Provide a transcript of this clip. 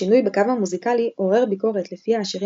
השינוי בקו המוזיקלי עורר ביקורת לפיה השירים